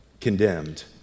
condemned